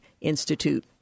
Institute